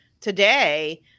today